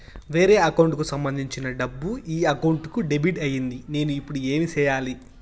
వేరే అకౌంట్ కు సంబంధించిన డబ్బు ఈ అకౌంట్ కు డెబిట్ అయింది నేను ఇప్పుడు ఏమి సేయాలి